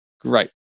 Great